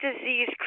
disease